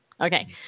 Okay